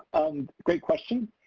um great question.